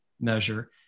measure